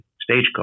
stagecoach